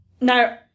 now